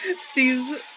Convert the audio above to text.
Steve's